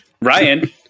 Ryan